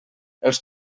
els